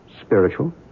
spiritual